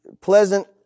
pleasant